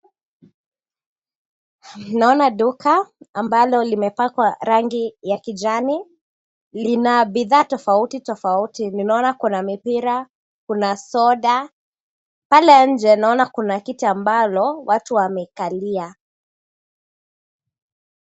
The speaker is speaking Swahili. Naona duka ambalo limepakwa rangi ya kijani. Lina bidhaa tofauti tofauti. Ninaona kuna mipira, kuna soda. Pale nje naona kuna kiti ambalo watu wamekalia.